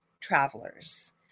travelers